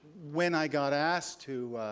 when i got asked to